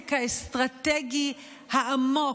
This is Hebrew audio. הנזק האסטרטגי העמוק,